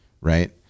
Right